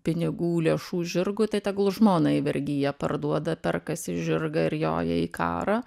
pinigų lėšų žirgui tai tegu žmoną į vergiją parduoda perkasi žirgą ir joja į karą